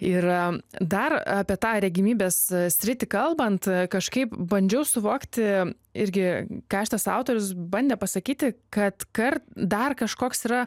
ir dar apie tą regimybės sritį kalbant kažkaip bandžiau suvokti irgi ką šitas autorius bandė pasakyti kad kar dar kažkoks yra